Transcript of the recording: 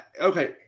okay